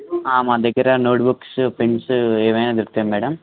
మా దగ్గర notebooks pens ఏమైన దొరుకుతాయి మేడం